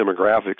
demographics